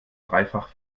dreifach